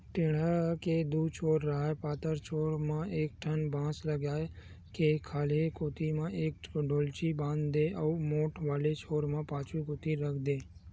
टेंड़ा के दू छोर राहय पातर छोर म एक ठन बांस लगा के खाल्हे कोती म एक डोल्ची बांध देवय अउ मोठ वाले छोर ल पाछू कोती रख देय